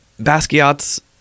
Basquiat's